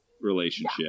relationship